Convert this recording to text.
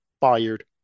fired